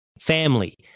family